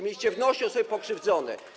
Mieliście w nosie osoby pokrzywdzone.